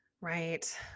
Right